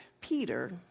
Peter